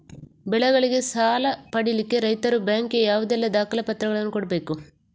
ಬೆಳೆಗಳಿಗೆ ಸಾಲ ಪಡಿಲಿಕ್ಕೆ ರೈತರು ಬ್ಯಾಂಕ್ ಗೆ ಯಾವುದೆಲ್ಲ ದಾಖಲೆಪತ್ರಗಳನ್ನು ಕೊಡ್ಬೇಕು?